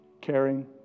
caring